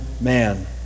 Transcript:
man